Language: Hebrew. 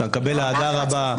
אתה מקבל אהדה רבה.